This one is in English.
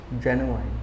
Genuine